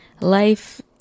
life